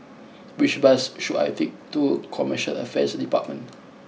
which bus should I take to Commercial Affairs Department